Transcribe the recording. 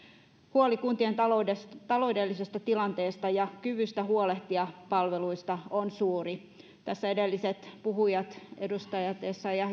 huoli kuntien taloudellisesta taloudellisesta tilanteesta ja kyvystä huolehtia palveluista on suuri tässä edelliset puhujat edustajat essayah